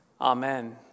Amen